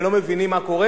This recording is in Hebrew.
הם לא מבינים מה קורה?